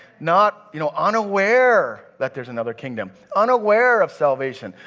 not, you know, unaware that there's another kingdom. unaware of salvation.